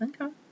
Okay